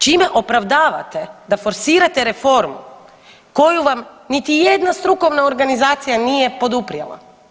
Čime opravdavate da forsirate reformu koju vam niti jedna strukovna organizacija nije poduprijela?